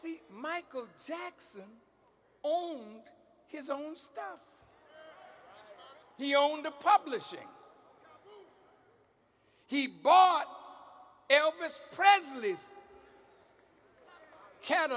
see michael jackson all his own stuff he owned a publishing he bought elvis presley's ca